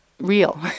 real